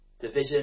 Division